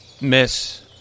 miss